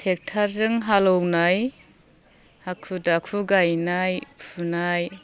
टेक्टारजों हालौनाय हाखु दाखु गायनाय फुनाय